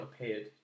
appeared